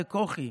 לכוכי,